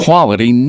Quality